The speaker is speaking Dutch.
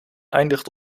eindigt